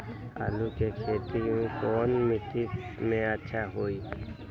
आलु के खेती कौन मिट्टी में अच्छा होइ?